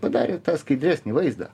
padarė tą skaidresnį vaizdą